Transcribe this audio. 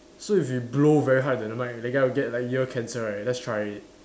so if you blow very hard into the mic the guy will get like ear cancer right let's try it